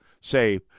say